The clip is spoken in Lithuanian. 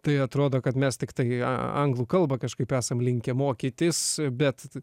tai atrodo kad mes tiktai anglų kalbą kažkaip esam linkę mokytis bet